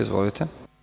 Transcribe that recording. Izvolite.